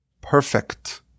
perfect